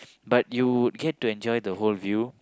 but you would get to enjoy the whole view